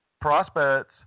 Prospects